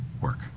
work